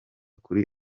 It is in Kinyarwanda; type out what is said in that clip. kuri